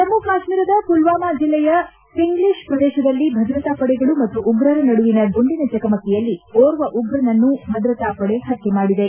ಜಮ್ಮ ಕಾಶ್ಮೀರದ ಪುಲ್ವಾಮಾ ಜಿಲ್ಲೆಯ ಪಿಂಗ್ಲೀಷ್ ಪ್ರದೇಶದಲ್ಲಿ ಭದ್ರತಾಪಡೆಗಳು ಮತ್ತು ಉಗ್ರರ ನಡುವಿನ ಗುಂಡಿನ ಚಕಮಕಿಯಲ್ಲಿ ಓರ್ವ ಉಗ್ರನನ್ನು ಭದ್ರತಾಪಡೆ ಹತ್ಯೆ ಮಾಡಿದೆ